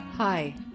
Hi